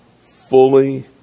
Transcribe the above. fully